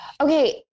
Okay